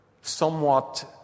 somewhat